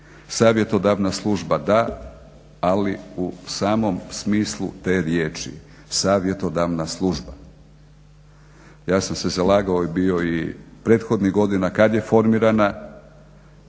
savjetodavna služba da, ali u samom smislu te riječi, savjetodavna služba. Ja sam se zalagao bio i prethodnih godina kaj je formirana,